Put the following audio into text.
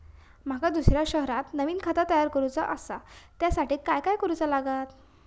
माका दुसऱ्या शहरात नवीन खाता तयार करूचा असा त्याच्यासाठी काय काय करू चा लागात?